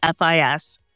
FIS